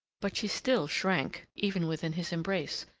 but she still shrank even within his embrace,